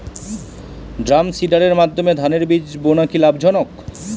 ড্রামসিডারের মাধ্যমে ধানের বীজ বোনা কি লাভজনক?